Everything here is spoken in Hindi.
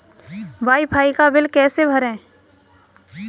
वाई फाई का बिल कैसे भरें?